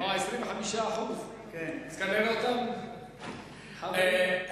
או 25%. שליש,